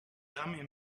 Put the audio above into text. dummy